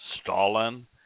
Stalin